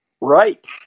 Right